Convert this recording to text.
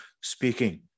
speaking